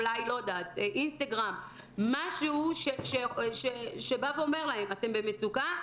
אולי אינסטגרם משהו שבא ואומר להם: אתם במצוקה,